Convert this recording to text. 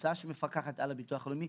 המועצה שמפקחת על הביטוח הלאומי,